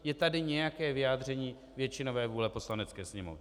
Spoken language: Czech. Je tady nějaké vyjádření většinové vůle Poslanecké sněmovny.